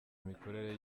imikorere